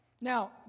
Now